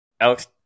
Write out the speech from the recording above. Alex